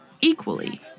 equally